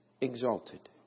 exalted